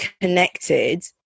connected